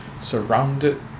surrounded